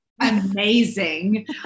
amazing